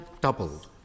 doubled